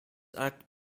act